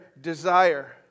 desire